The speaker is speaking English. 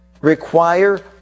require